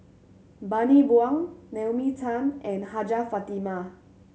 Bani Buang Naomi Tan and Hajjah Fatimah